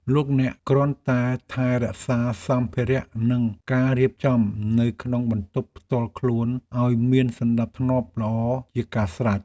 លោកអ្នកគ្រាន់តែថែរក្សាសម្ភារ:និងការរៀបចំនៅក្នុងបន្ទប់ផ្ទាល់ខ្លួនឱ្យមានសណ្តាប់ធ្នាប់ល្អជាការស្រេច។